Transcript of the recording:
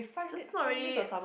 just not really